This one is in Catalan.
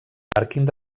pàrquing